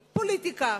פוליטיקה,